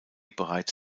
bereits